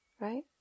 right